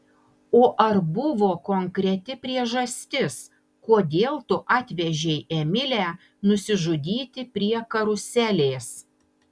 o ar buvo konkreti priežastis kodėl tu atvežei emilę nusižudyti prie karuselės